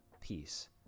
peace